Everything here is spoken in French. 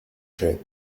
chênes